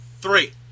three